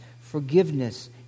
forgiveness